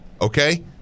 Okay